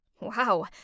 Wow